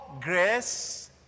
grace